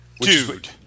Dude